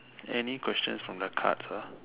any questions from the cards ah